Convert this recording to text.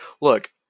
look